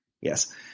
Yes